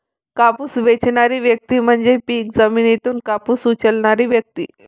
कापूस वेचणारी व्यक्ती म्हणजे पीक जमिनीतून कापूस उचलणारी व्यक्ती